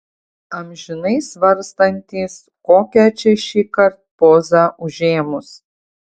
amžinai svarstantys kokią čia šįkart pozą užėmus